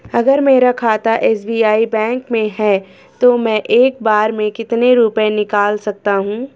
अगर मेरा खाता एस.बी.आई बैंक में है तो मैं एक बार में कितने रुपए निकाल सकता हूँ?